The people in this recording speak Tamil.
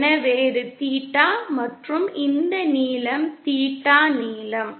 எனவே இது தீட்டா மற்றும் இந்த நீளம் தீட்டா நீளம்